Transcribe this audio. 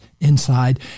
inside